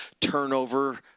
turnover –